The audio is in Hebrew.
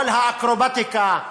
כל האקרובטיקה,